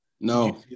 No